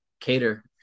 cater